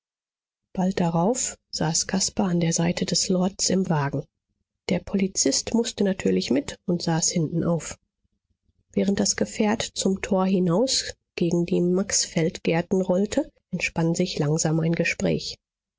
bald darauf saß caspar an der seite des lords im wagen der polizist mußte natürlich mit und saß hintenauf während das gefährt zum tor hinaus gegen die maxfeldgärten rollte entspann sich langsam ein gespräch